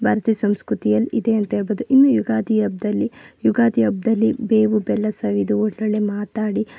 ಭಾರತೀಯ ಸಂಸ್ಕೃತಿಯಲ್ಲಿ ಇದೆ ಅಂಥೇಳ್ಬೋದು ಇನ್ನು ಯುಗಾದಿ ಹಬ್ದಲ್ಲಿ ಯುಗಾದಿ ಹಬ್ದಲ್ಲಿ ಬೇವು ಬೆಲ್ಲ ಸವಿದು ಒಳ್ಳೊಳ್ಳೆ ಮಾತಾಡಿ